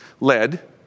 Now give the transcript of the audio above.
led